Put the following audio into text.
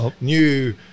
new